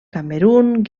camerun